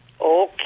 Okay